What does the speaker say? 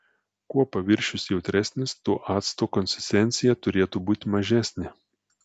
kuo paviršius jautresnis tuo acto konsistencija turėtų būti mažesnė